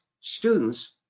students